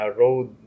road